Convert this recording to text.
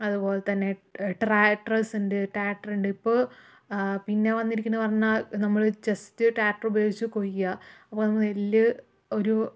അതുപോലെതന്നെ ട്രാക്ടർസ് ഉണ്ട് ട്രാക്ടർ ഉണ്ട് ഇപ്പോൾ പിന്നെ വന്നിരിക്കണ പറഞ്ഞാൽ നമ്മള് ജസ്റ്റ് ട്രാക്ടർ ഉപയോഗിച്ച് കൊയ്യുക അപ്പോൾ നമുക്ക് നെല്ല് ഒരു